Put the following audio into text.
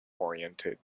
oriented